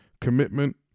commitment